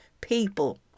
people